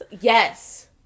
Yes